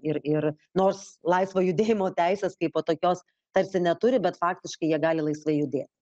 ir ir nors laisvo judėjimo teisės kaipo tokios tarsi neturi bet faktiškai jie gali laisvai judėt